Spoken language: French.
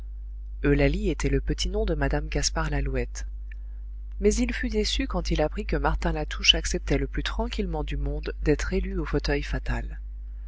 eulalie eulalie était le petit nom de mme gaspard lalouette mais il fut déçu quand il apprit que martin latouche acceptait le plus tranquillement du monde d'être élu au fauteuil fatal